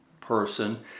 person